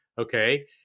Okay